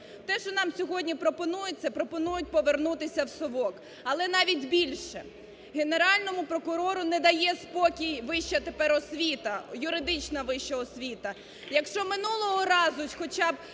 Те, що нам сьогодні пропонується, пропонують повернутися в совок. Але навіть більше, Генеральному прокурору не дає спокій вища тепер освіта, юридична вища освіта.